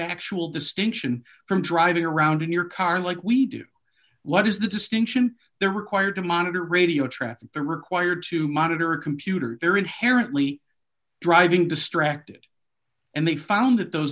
factual distinction from driving around in your car like we do what is the distinction they're required to monitor radio traffic they're required to monitor computer they're inherently driving distracted and they found that those